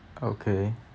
okay